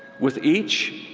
with each,